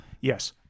Yes